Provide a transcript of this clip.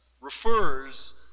refers